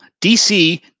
DC